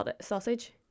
sausage